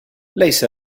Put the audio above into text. ليس